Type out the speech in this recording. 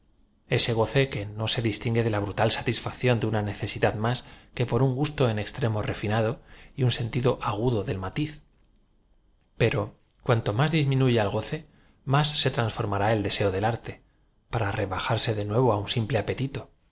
ese goce que no se distingue de la brutal satisfacción de una necesidad más que por un gusto en extrem o refinado y un sentido agudo del ma tiz pero cuanto más diminuya el goce más se traes form ará el deseo del arte para rebajarse de nuevo un simple apetito